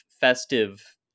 festive